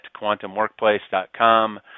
quantumworkplace.com